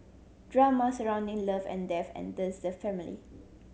drama surrounding love and death enters the family